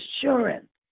assurance